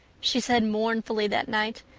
she said mournfully that night.